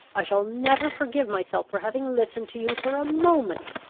i shall never forgive myself for having listened to you for a moment.